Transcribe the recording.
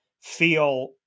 feel